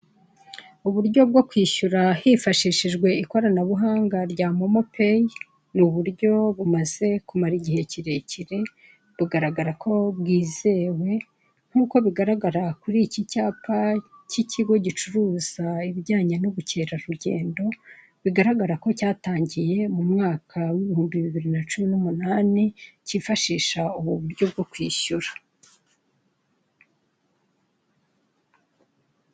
Uburyo bwo kwishyura hifashishijwe ikoranabuhanga rya momopayi, ni uburyo bumaze kumara igihe kirekire bugaragara ko bwizewe, nkuko bigaragara kuri iki cyapa k'ikigo gicuruza ibijyanye n'ubukerarugendo, bigaragara ko cyatangiye mu mwaka w'ibihumbi bibiri na cumu n'umunani kifashisha ubu buryo bwo kwishyura.